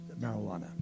marijuana